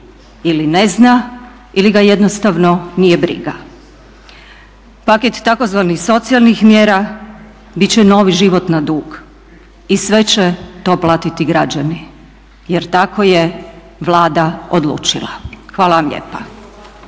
ili ne zna ili ga jednostavno nije briga. Paket tzv. socijalnih mjera bit će novi život na dug i sve će to platiti građani jer tako je Vlada odlučila. Hvala vam lijepa.